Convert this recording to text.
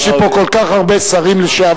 יש לי פה כל כך הרבה שרים לשעבר,